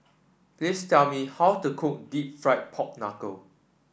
please tell me how to cook deep fried Pork Knuckle